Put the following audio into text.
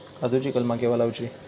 काजुची कलमा केव्हा लावची?